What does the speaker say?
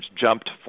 jumped